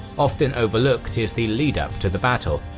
often overlooked is the lead up to the battle,